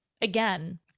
again